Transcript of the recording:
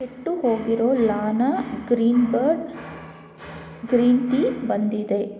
ಕೆಟ್ಟು ಹೋಗಿರೋ ಲಾನಾ ಗ್ರೀನ್ಬರ್ಡ್ ಗ್ರೀನ್ ಟೀ ಬಂದಿದೆ